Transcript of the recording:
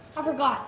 i forgot